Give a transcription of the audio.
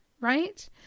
right